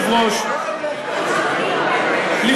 תנסו לסכסך בינינו, לא ילך לכם.